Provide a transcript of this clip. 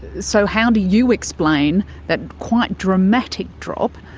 so how do you explain that quite dramatic drop,